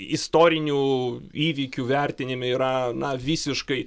istorinių įvykių vertinime yra na visiškai